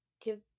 give